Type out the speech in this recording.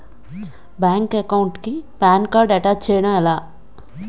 Bank account కి PAN card attach చేయడం ఎలా?